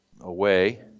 away